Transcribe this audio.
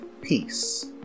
Peace